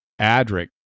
Adric